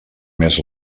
més